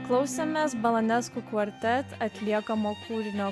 klausėmės balanesku kvartet atliekamo kūrinio